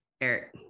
Eric